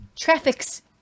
traffics